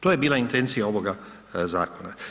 To je bila intencija ovoga zakona.